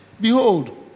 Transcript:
Behold